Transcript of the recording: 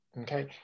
Okay